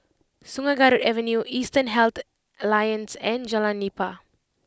Sungei Kadut Avenue Eastern Health Alliance and Jalan Nipah